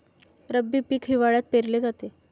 रब्बी पीक हिवाळ्यात पेरले जाते